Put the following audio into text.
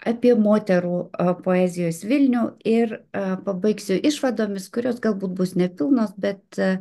apie moterų poezijos vilnių ir pabaigsiu išvadomis kurios galbūt bus ne pilnos bet